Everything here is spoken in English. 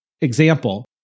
Example